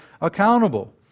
accountable